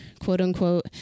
quote-unquote